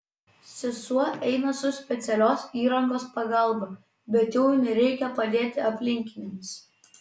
sesuo eina su specialios įrangos pagalba bet jau nereikia padėti aplinkiniams